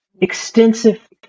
extensive